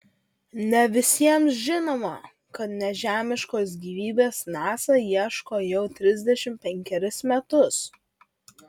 ne visiems žinoma kad nežemiškos gyvybės nasa ieško jau trisdešimt penkerius metus